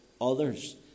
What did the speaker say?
others